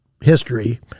history